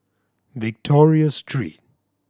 Victoria Street